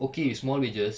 okay with small wages